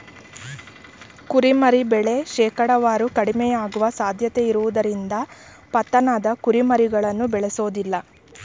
ಕುರಿಮರಿ ಬೆಳೆ ಶೇಕಡಾವಾರು ಕಡಿಮೆಯಾಗುವ ಸಾಧ್ಯತೆಯಿರುವುದರಿಂದ ಪತನದ ಕುರಿಮರಿಯನ್ನು ಬೇಳೆಸೋದಿಲ್ಲ